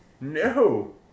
No